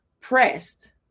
pressed